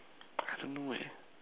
I don't know eh